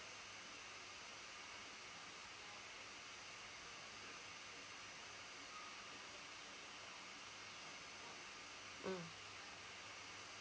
mm